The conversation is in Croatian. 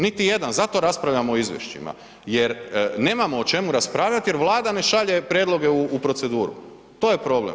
Niti jedan, zato raspravljamo o izvješćima jer nemamo o čemu raspravljati jer Vlada ne šalje prijedloge u proceduru, to je problem.